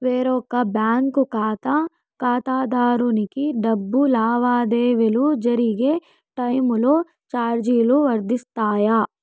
వేరొక బ్యాంకు ఖాతా ఖాతాదారునికి డబ్బు లావాదేవీలు జరిగే టైములో చార్జీలు వర్తిస్తాయా?